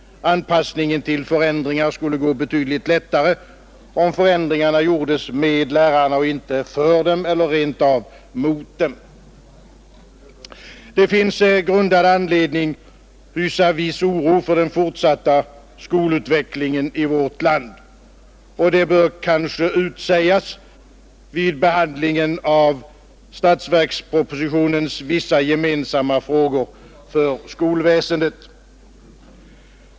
Anpassningen till förändringar skulle gå betydligt lättare, om förändringarna gjordes med lärarna och inte för dem eller rent av mot dem. Det finns grundad anledning hysa viss oro för den fortsatta skolutvecklingen i vårt land, och det bör kanske utsägas vid behandlingen av statsverkspropositionens ”vissa gemensamma frågor” för skolväsendet.